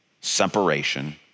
separation